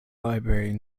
library